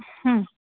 हम्म